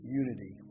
unity